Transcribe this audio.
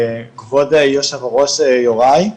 כבוד היושב ראש יוראי.